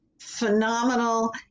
phenomenal